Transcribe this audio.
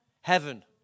Heaven